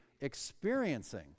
experiencing